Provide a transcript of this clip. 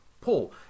Paul